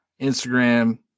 Instagram